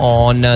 on